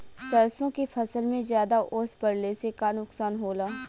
सरसों के फसल मे ज्यादा ओस पड़ले से का नुकसान होला?